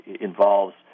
involves